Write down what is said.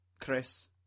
Chris